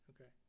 Okay